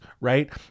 right